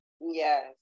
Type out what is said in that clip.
Yes